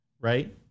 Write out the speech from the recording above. right